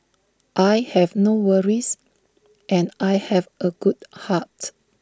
I have no worries and I have A good heart